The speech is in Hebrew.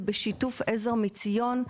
זה בשיתוף עזר מציון,